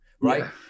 right